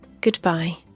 Goodbye